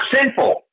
sinful